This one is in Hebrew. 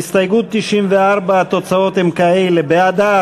בהצבעה על הסתייגות 94 התוצאות הן כאלה: בעדה,